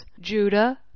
Judah